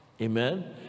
Amen